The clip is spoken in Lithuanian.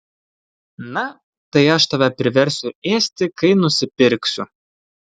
na tai aš tave priversiu ėsti kai nusipirksiu